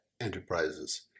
enterprises